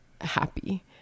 happy